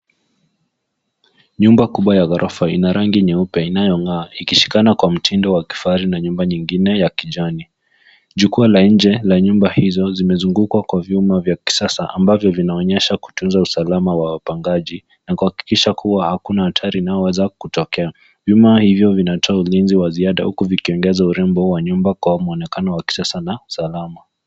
Nyumba kubwa ya ghorofa ina rangi nyeupe inayongaa ikishikana kwa mtindo wa kifahari na nyumba nyingine ya kijani, jukuwa la njee la nyumba hizo zimezungungwa kwa vyuma vya kisasa ambavyo vinaonyesha kutunza usalama ya wapangaji na kuhahikisha kuwa hakuna hatari inaoweza kutokea, vyuma hivyo vinatoa ulinzi vya ziada huku vikiongeza urembo wa nyumba kwa muonekano kisasa na salama.